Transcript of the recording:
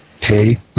hey